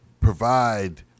provide